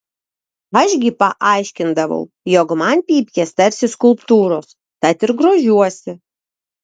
aš gi paaiškindavau jog man pypkės tarsi skulptūros tad ir grožiuosi